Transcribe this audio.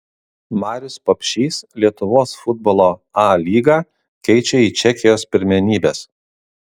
marius papšys lietuvos futbolo a lygą keičia į čekijos pirmenybes